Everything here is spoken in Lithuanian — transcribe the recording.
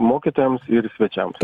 mokytojams ir svečiams